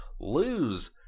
lose